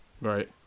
right